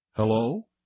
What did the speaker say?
Hello